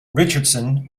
richardson